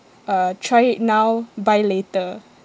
uh try it now buy later